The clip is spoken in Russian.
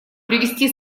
привести